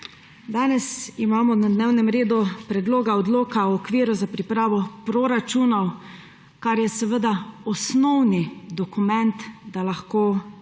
Danes imamo na dnevnem redu predloga odlokov o okviru za pripravo proračunov, kar je seveda osnovni dokument, da lahko ministrstvo